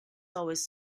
always